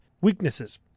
Weaknesses